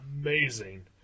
amazing